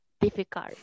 difficult